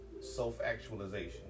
Self-actualization